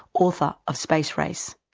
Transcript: author of space race.